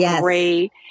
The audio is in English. great